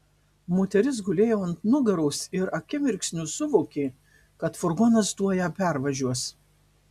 moteris gulėjo ant nugaros ir akimirksniu suvokė kad furgonas tuoj ją pervažiuos